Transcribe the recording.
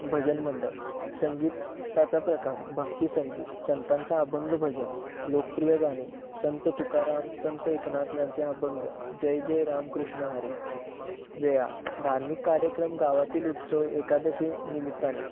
भजनमंडळ संगीताचा प्रकार भक्ति संगीत संतांचा अभंग भजन लोकप्रिय गाणे संत तुकाराम संत एकनाथ यांचे अभंग जय जय रामकृष्णहरी वेळा धार्मिक कार्यक्रम गावातील उत्सव एकादशी निमित्ताने